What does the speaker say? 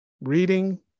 Reading